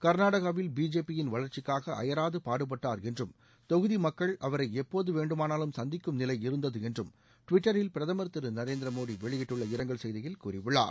கர்நாடகாவில் பிஜேபியின் வளர்ச்சிக்காக அயராது பாடுபட்டார் என்றும் தொகுதி மக்கள் அவரை எப்போது வேண்டுமானலும் சந்திக்கும் நிலை இருந்தது என்றும் டுவிட்டரில் பிரதமர் திரு நரேந்திர மோடி வெளியிட்டுள்ள இரங்கல் செய்தியில் கூறியுள்ளார்